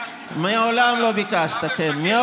מעולם לא ביקשתי ממך.